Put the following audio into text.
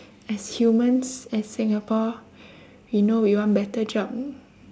as humans as singapore we know we want better job